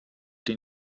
den